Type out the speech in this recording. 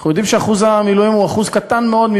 אנחנו יודעים שאחוז משרתי המילואים הוא אחוז קטן מאוד.